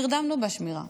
נרדמנו בשמירה